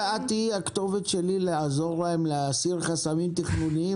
תהיי הכתובת שלי לעזור להם להסיר חסמים תכנוניים?